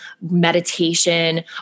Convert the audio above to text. meditation